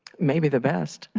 may be the best.